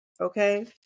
Okay